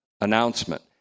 announcement